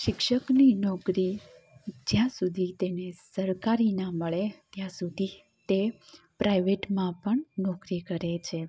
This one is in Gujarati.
શિક્ષકની નોકરી જ્યાં સુધી તેને સરકારી ના મળે ત્યાં સુધી તે પ્રાઈવેટમાં પણ નોકરી કરે છે